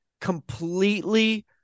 completely